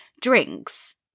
drinks